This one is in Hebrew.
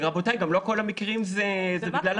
רבותיי, גם לא כל המקרים זה בגלל החיסון.